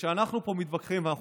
כשאנחנו פה מתווכחים,